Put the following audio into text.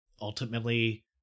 ultimately